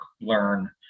learn